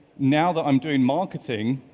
now that i'm doing marketing,